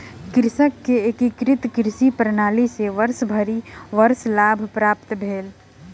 कृषक के एकीकृत कृषि प्रणाली सॅ वर्षभरि वर्ष लाभ प्राप्त भेल